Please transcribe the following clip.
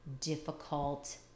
difficult